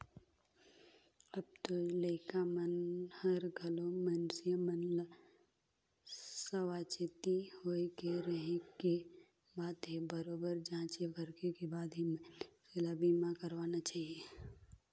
अब तो लइका मन हर घलो मइनसे मन ल सावाचेती होय के रहें के बात हे बरोबर जॉचे परखे के बाद ही मइनसे ल बीमा करवाना चाहिये